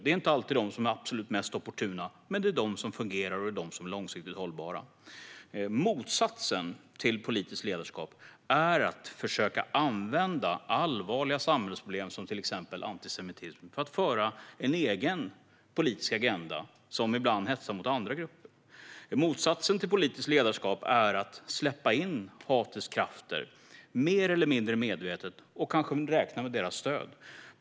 Det är inte alltid de som är det mest opportuna, men det är de som fungerar och som är långsiktigt hållbara. Motsatsen till politiskt ledarskap är att försöka använda allvarliga samhällsproblem, som exempelvis antisemitism, för att föra en egen politiska agenda som ibland hetsar mot andra grupper. Motsatsen till politiskt ledarskap är att släppa in hatets krafter, mer eller mindre medvetet, och kanske räkna med deras stöd.